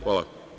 Hvala.